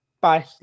bye